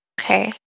Okay